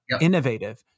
innovative